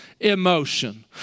emotion